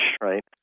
right